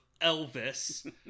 elvis